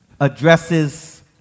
addresses